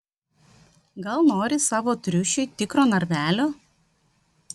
gal nori savo triušiui tikro narvelio